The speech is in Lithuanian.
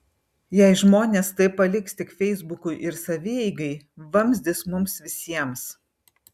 jei žmonės tai paliks tik feisbukui ir savieigai vamzdis mums visiems